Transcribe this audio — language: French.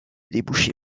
débouché